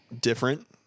different